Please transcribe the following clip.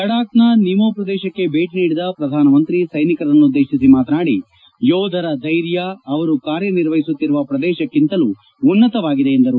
ಲದ್ಲಾಬ್ನ ನಿಮೋ ಪ್ರದೇಶಕ್ಕೆ ಭೇಟ ನೀಡಿದ ಪ್ರಧಾನಮಂತ್ರಿ ಸ್ಲೆನಿಕರನ್ನುದ್ಲೇತಿಸಿ ಮಾತನಾಡಿ ಯೋಧರ ಧ್ಲೆರ್ಯ ಅವರು ಕಾರ್ಯನಿರ್ವಹಿಸುತ್ತಿರುವ ಪ್ರದೇಶಕ್ತಿಂತಲೂ ಉನ್ವತವಾಗಿದೆ ಎಂದರು